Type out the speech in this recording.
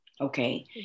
Okay